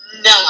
no